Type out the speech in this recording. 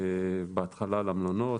בהתחלה למלונות,